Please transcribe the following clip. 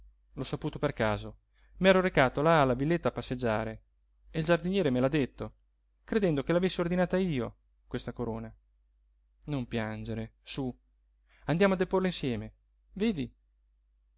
l'ho saputo per caso m'ero recato là alla villetta a passeggiare e il giardiniere me l'ha detto credendo che l'avessi ordinata io questa corona non piangere sú andiamo a deporla insieme vedi